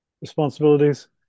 responsibilities